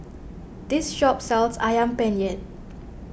this shop sells Ayam Penyet